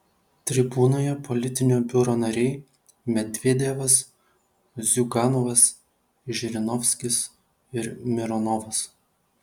tribūnoje politinio biuro nariai medvedevas ziuganovas žirinovskis ir mironovas